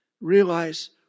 Realize